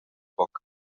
foc